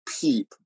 peep